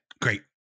Great